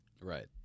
Right